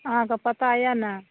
अहाँके पता यऽ ने